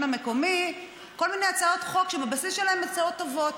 המקומי כל מיני הצעות חוק שבבסיס שלהן הן הצעות טובות,